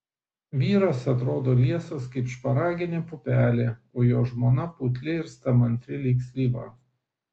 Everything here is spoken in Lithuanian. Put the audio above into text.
vyras atrodo liesas kaip šparaginė pupelė o jo žmona putli ir stamantri lyg slyva